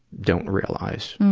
don't realize,